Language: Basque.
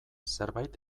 zerbait